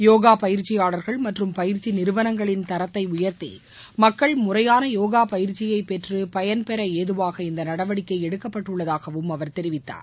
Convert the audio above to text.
யோகா பயிற்சியாளர்கள் மற்றும் பயிற்சி நிறுவனங்களின் தரத்தை உயர்த்தி மக்கள் முறையான யோகா பயிற்சியை பெற்று பயன்பெற ஏதுவாக இந்த நடவடிக்கை எடுக்கப்பட்டுள்ளதுகவும் அவர் தெரிவத்தார்